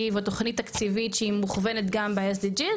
או תוכנית תקציבית שהיא מוכוונת גם ב-SDG,